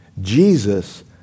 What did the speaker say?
Jesus